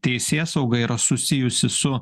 teisėsauga yra susijusi su